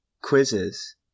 quizzes